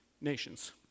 nations